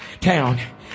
town